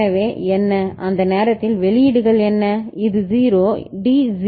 எனவே என்ன அந்த நேரத்தில் வெளியீடுகள் என்ன இது 0 D 0